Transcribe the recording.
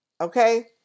Okay